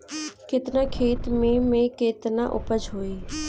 केतना खेत में में केतना उपज होई?